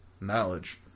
knowledge